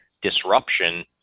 disruption